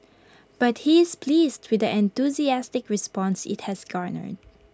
but he is pleased with the enthusiastic response IT has garnered